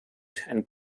and